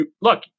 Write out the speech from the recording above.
look